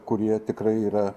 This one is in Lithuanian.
kurie tikrai yra